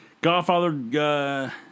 Godfather